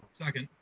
second.